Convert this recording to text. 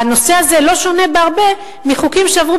והנושא הזה לא שונה בהרבה מחוקים שעברו